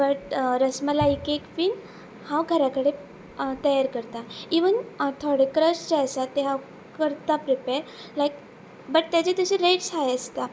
but rasmalai एक वीन हांव घरा कडेन तयार करता इवन थोडे क्रच जे आसा ते हांव करता प्रिपेर लायक बट तेजे तशे रेट्स हाय आसता